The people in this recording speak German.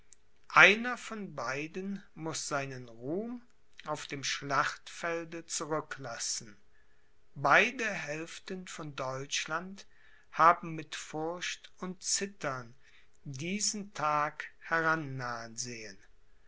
einer von beiden muß seinen ruhm auf dem schlachtfelde zurücklassen beide hälften von deutschland haben mit furcht und zittern diesen tag herannahen sehen